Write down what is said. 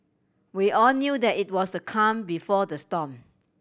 we all knew that it was the calm before the storm